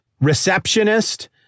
receptionist